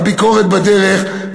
הביקורת בדרך.